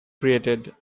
created